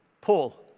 Paul